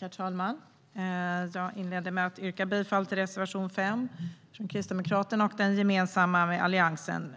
Herr talman! Jag inleder med att yrka bifall till reservation 5 från Kristdemokraterna och reservation 6, som är gemensam med Alliansen.